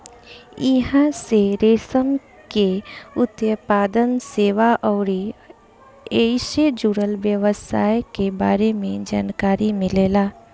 इहां से रेशम के उत्पादन, सेवा अउरी ऐइसे जुड़ल व्यवसाय के बारे में जानकारी मिलेला